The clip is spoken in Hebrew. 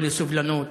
לא לסובלנות.